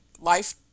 life